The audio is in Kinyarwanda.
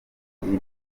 imaze